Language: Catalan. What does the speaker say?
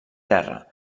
terra